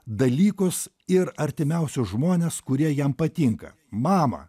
dalykus ir artimiausius žmones kurie jam patinka mamą